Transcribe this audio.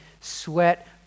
sweat